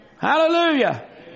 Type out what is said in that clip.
Hallelujah